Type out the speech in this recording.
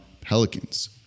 Pelicans